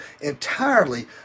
entirely